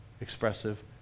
expressive